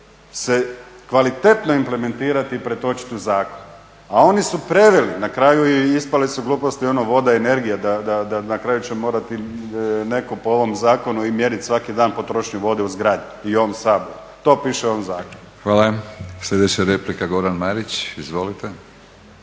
Hvala. Sljedeća replika Goran Marić, izvolite.